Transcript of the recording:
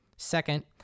Second